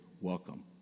welcome